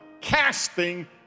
casting